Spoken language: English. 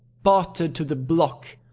bartered to the block,